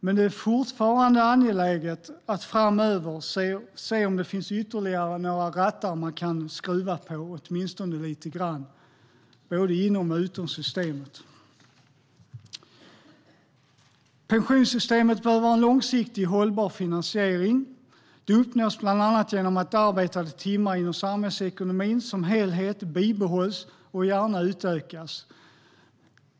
Men det är fortfarande angeläget att framöver se om det finns ytterligare några rattar man kan skruva på åtminstone lite grann både inom och utom systemet. Pensionssystemet behöver en långsiktig hållbar finansiering. Det uppnås bland annat genom att arbetade timmar inom samhällsekonomin som helhet bibehålls och gärna utökas.